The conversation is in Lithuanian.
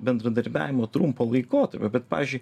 bendradarbiavimo trumpo laikotarpio bet pavyzdžiui